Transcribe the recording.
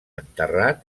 enterrat